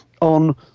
on